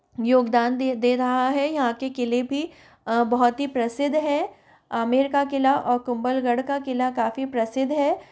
योगदान दे दे रहा है यहाँ के किले भी बहुत ही प्रसिद्ध हैं आमेर का किला और कुम्भलगढ़ का किला काफ़ी प्रसिद्ध हैं